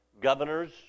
governors